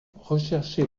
recherché